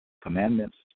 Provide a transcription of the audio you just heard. Commandments